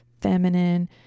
feminine